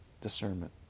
Discernment